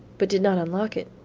but did not unlock it.